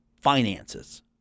finances